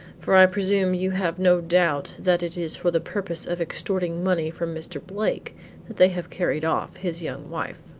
for i presume you have no doubt that it is for the purpose of extorting money from mr. blake that they have carried off his young wife.